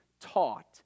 taught